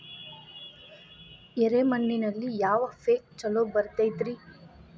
ಎರೆ ಮಣ್ಣಿನಲ್ಲಿ ಯಾವ ಪೇಕ್ ಛಲೋ ಬರತೈತ್ರಿ?